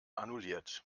annulliert